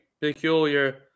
peculiar